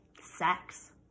sex